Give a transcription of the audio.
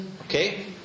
Okay